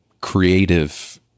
creative